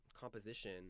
composition